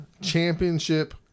Championship